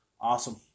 Awesome